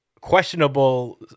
questionable